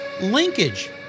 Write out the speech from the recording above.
Linkage